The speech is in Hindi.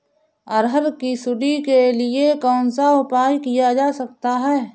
अरहर की सुंडी के लिए कौन सा उपाय किया जा सकता है?